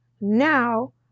Now